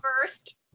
first